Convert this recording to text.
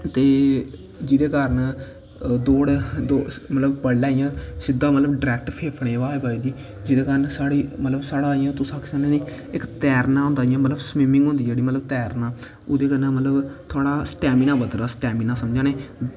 ते जेह्दे कारण दौड़ मतलब बडलै इंया सिद्धा मतलब फेफड़ें ई डायरैक्ट हवा बजदी जेह्दे कारण साढ़ा तुस मतलब इंया आक्खी सकने इक्क तैरना होंदा मतलब स्विमिंग होंदी मतलब तैरना ओह्दे कन्नै मतलब थुआढ़ा स्टेमिना बधदा स्टेमिना समझा नै